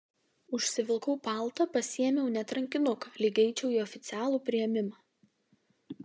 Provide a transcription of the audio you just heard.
užsivilkau paltą pasiėmiau net rankinuką lyg eičiau į oficialų priėmimą